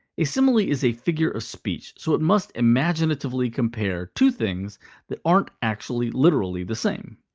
a simile is a figure of speech, so it must imaginatively compare two things that aren't actually, literally, the same.